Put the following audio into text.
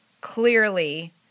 clearly